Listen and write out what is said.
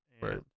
Right